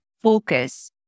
focus